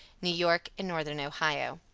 new york and northern ohio.